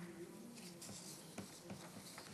בבקשה.